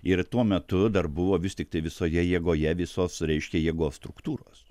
ir tuo metu dar buvo vis tiktai visoje jėgoje visos reiškia jėgos struktūros